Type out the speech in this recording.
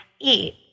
eat